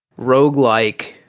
roguelike